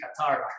Qatar